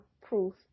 proof